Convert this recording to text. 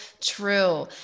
true